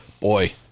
Boy